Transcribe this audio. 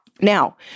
Now